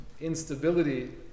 instability